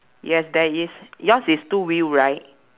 yes there is yours is two wheel right